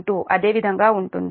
2 అదే విధంగా ఉంటుంది